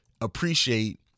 appreciate